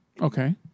Okay